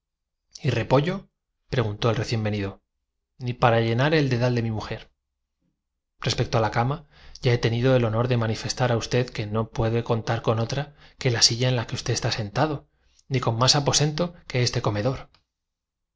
repollo preguntó el recién venido ni para llenar el dedal de res no les permitieron distinguir al pronto a los individuos con los mi mujer respecto de la cama ya he tenido el honor de manifestar cuales iban a a encontrarse pero una vez sentados junto a la mesa y usted que no puede contar con otra la que la silla en que está usted sen con paciencia práctica de los viajeros filósofos que han reconocido tado ni con más aposento que este comedor